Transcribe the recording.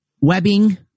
webbing